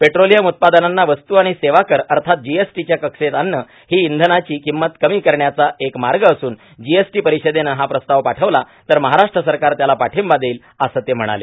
petroleum उत्पादनांना वस्तू आणि सेवा कर अर्थात जीएसटीच्या कक्षेत आणणं ही इंधनाची किंमत कमी करण्याचा एक मार्ग असून जीएसटी परिषदेनं हा प्रस्ताव पाठवला तर महाराष्ट्र सरकार त्याला पाठिंबा देईल असं ते म्हणाले